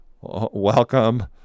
Welcome